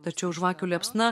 tačiau žvakių liepsna